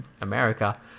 America